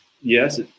yes